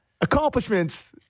accomplishments